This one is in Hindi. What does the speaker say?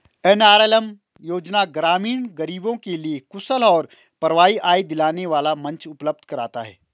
एन.आर.एल.एम योजना ग्रामीण गरीबों के लिए कुशल और प्रभावी आय दिलाने वाला मंच उपलब्ध कराता है